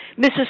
Mrs